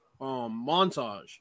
montage